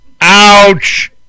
Ouch